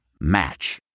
Match